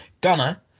Gunner